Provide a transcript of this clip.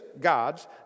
God's